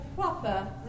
proper